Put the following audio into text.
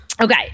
Okay